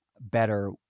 better